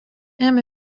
ėmė